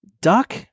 Duck